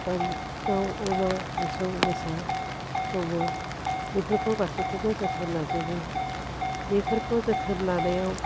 दाउ दाउ अमा मोसौ मोसा दङ बेफोरखौ गासिखौबो जोथोन लाजोबो बेफोरखौ जोथोन लानायाव